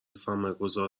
سرمایهگذار